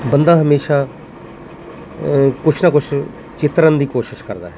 ਬੰਦਾ ਹਮੇਸ਼ਾ ਕੁਛ ਨਾ ਕੁਛ ਚਿਤਰਨ ਦੀ ਕੋਸ਼ਿਸ਼ ਕਰਦਾ ਹੈ